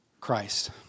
Christ